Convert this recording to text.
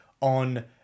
on